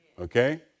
Okay